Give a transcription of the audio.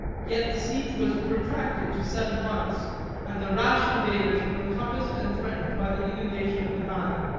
yet the siege was protracted to seven months and the rash invaders were encompassed and threatened by the inundation of the nile.